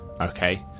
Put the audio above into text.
Okay